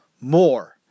more